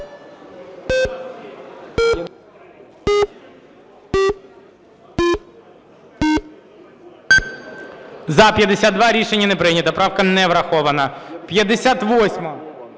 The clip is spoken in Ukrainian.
За-52 Рішення не прийнято, правка не врахована. 58-а.